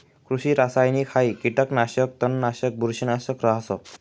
कृषि रासायनिकहाई कीटकनाशक, तणनाशक, बुरशीनाशक रहास